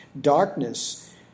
darkness